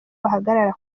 bahagarara